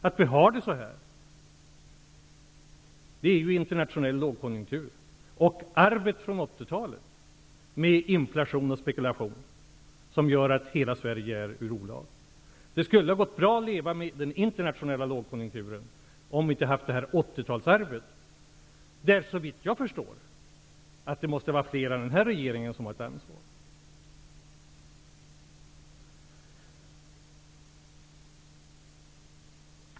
Att vi har det så här beror ju på internationell lågkonjunktur och arvet från 80-talet med inflation och spekulation; det är det som gör att hela Sverige är i olag. Det skulle ha gått bra att leva med den internationella lågkonjunkturen om vi inte hade haft det här 80-talsarvet. Såvitt jag förstår måste det vara fler än den här regeringen som har ett ansvar.